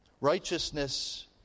Righteousness